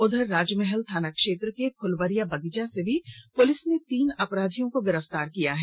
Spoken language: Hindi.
उधर राजमहल थाना क्षेत्र के फुलवरिया बगीचा से भी पुलिस ने तीन अपराधियों को गिरफ्तार किया है